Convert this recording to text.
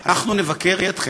אנחנו נבקר אתכם.